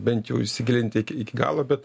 bent jau įsigilinti iki galo bet